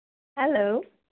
hello